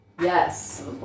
Yes